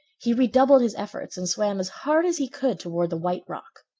he redoubled his efforts and swam as hard as he could toward the white rock.